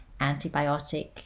antibiotic